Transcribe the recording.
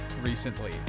recently